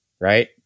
right